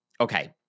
Okay